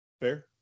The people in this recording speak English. Fair